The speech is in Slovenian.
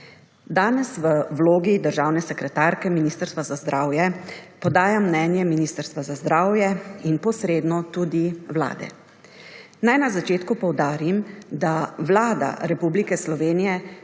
Danes v vlogi državne sekretarke Ministrstva za zdravje podajam mnenje Ministrstva za zdravje in posredno tudi Vlade. Naj na začetku poudarim, da Vlada Republike Slovenije